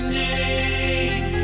name